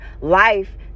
life